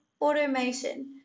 automation